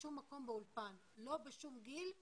גם מבחינת גיל,